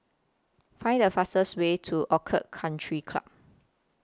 Find The fastest Way to Orchid Country Club